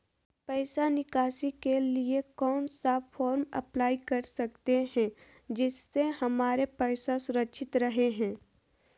पैसा निकासी के लिए कौन सा फॉर्म अप्लाई कर सकते हैं जिससे हमारे पैसा सुरक्षित रहे हैं?